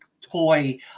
toy